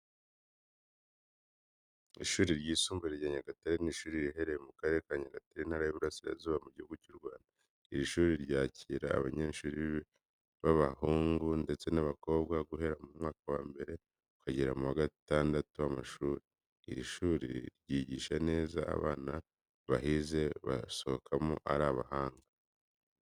Ishuri ryisumbuye rya Nyagatare, ni ishuri riherereye mu karere ka Nyagatare, intara y'Iburasirazuba, mu gihugu cyu Rwanda. Iri shuri ryacyira abanyeshuri b'abahungu, ndetse n'abakobwa, guhera mu wa mbere ukagera mu wa gatandu w'amashuri. Iri shuri ryigisha neza, abana bahize basohokamo ari abahanga.